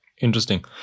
interesting